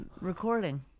recording